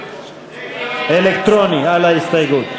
אלקטרוני, על ההסתייגות.